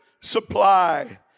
supply